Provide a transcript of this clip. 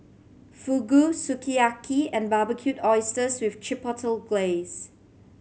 Fugu Sukiyaki and Barbecued Oysters with Chipotle Glaze